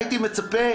הייתי מצפה